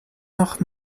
noch